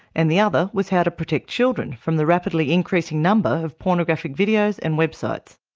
and the other was how to protect children from the rapidly increasing number of pornographic videos and websites.